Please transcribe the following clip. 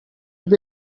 will